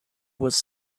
was